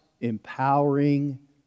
empowering